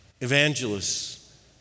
evangelists